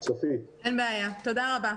תודה רבה.